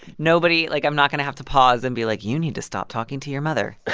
nobody like, i'm not going to have to pause and be like, you need to stop talking to your mother